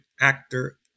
actor